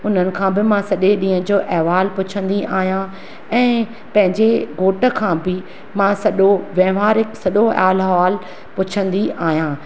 उन्हनि खां बि मां सॼे ॾींहं जो अहिवालु पुछंदी आहियां ऐं पंहिंजे घोट खां बि मां सॼो वंहिंवारिक सॼो आल अहिवालु पुछंदी आहियां